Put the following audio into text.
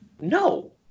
No